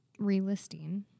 relisting